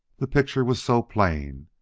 the picture was so plain!